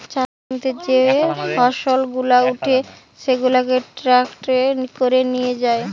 চাষের জমিতে যে ফসল গুলা উঠে সেগুলাকে ট্রাকে করে নিয়ে যায়